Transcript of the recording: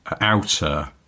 outer